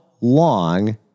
long